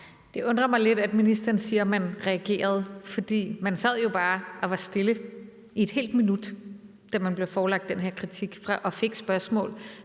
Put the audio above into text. Det undrer mig lidt, at ministeren siger, at man reagerede, for man sad jo bare og var stille i et helt minut, da man blev forelagt den her kritik og fik spørgsmål